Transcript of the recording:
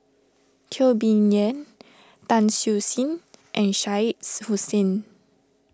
Teo Bee Yen Tan Siew Sin and Shah Hussain